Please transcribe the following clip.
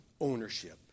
ownership